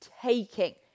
taking